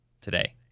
today